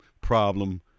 problem